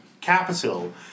capital